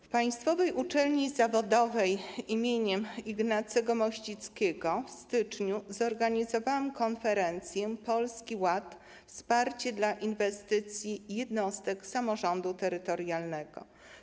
W Państwowej Uczelni Zawodowej im. Ignacego Mościckiego w styczniu zorganizowałam konferencję ˝Polski Ład - wsparcie dla inwestycji jednostek samorządu terytorialnego˝